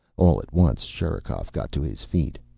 all at once sherikov got to his feet.